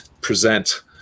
present